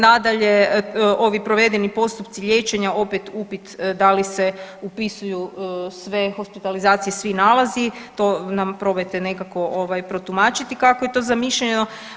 Nadalje, ovi provedeni postupci liječenja opet upit da li se upisuju sve hospitalizacije, svi nalazi to nam probajte nekako protumačiti kako je to zamišljeno.